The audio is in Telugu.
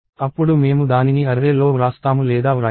అప్పుడు మేము దానిని అర్రే లో వ్రాస్తాము లేదా వ్రాయము